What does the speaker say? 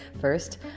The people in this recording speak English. first